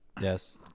Yes